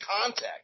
context